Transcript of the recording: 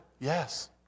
Yes